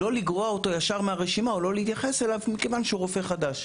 לא לגרוע אותו ישר מהרשימה או לא להתייחס אליו מכיוון שהוא רופא חדש.